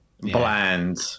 bland